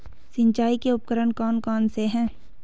सिंचाई के उपकरण कौन कौन से हैं?